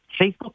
Facebook